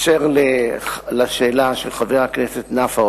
אשר לשאלה של חבר הכנסת נפאע,